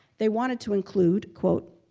they wanted to include